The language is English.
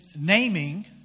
naming